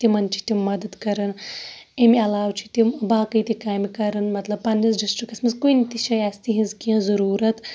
تِمَن چھِ تِم مَدَد کَران امہِ عَلاوٕ چھِ تِم باقٕے تہٕ کامہٕ کَران مَطلَب پَننِس ڈِسٹرکَس مَنٛز کُنہِ تہِ جایہِ آسہِ تِہِنٛز کینٛہہ ضروٗرَت